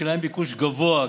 שלהן ביקוש גבוה,